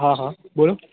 હઅ હ બોલો